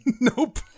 Nope